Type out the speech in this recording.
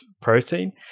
protein